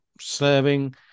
serving